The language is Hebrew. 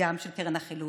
גם של קרן החילוט.